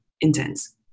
intense